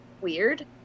weird